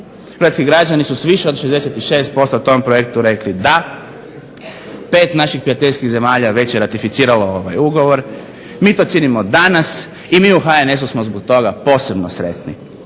Hrvatski građani su više od 66% tom projektu rekli da, 5 naših prijateljskih zemalja već je ratificiralo ovaj ugovor, mi to činimo danas i mi u HNS-u smo zbog toga posebno sretni.